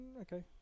Okay